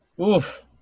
oof